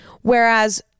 Whereas